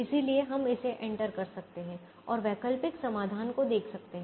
इसलिए हम इसे एंटर कर सकते हैं और वैकल्पिक समाधान को देख सकते हैं